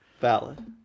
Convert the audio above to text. valid